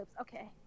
okay